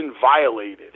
violated